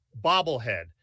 bobblehead